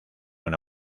una